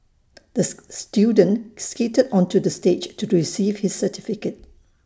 this student skated onto the stage to receive his certificate